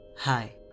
Hi